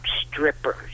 strippers